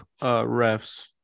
refs